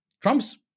Trump's